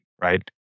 right